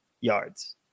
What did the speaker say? yards